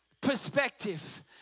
perspective